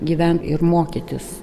gyvent ir mokytis